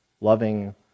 loving